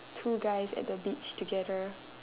two guys at the beach together